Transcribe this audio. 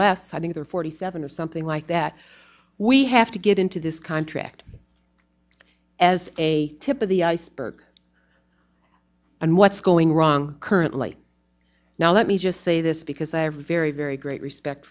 less i think there forty seven or something like that we have to get into this contract as a tip of the iceberg and what's going wrong currently now let me just say this because i have very very great